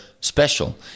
special